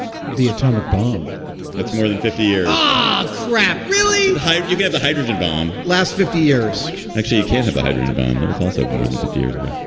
the atomic bomb that's more than fifty years. oh, crap. really? how? you get the hydrogen bomb last fifty years? actually, you can't have a hydrogen bomb that was also more than fifty years ago.